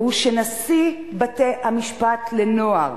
והוא שנשיא בתי-המשפט לנוער,